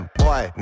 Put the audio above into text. boy